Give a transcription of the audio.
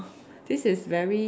this is very